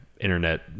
internet